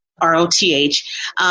R-O-T-H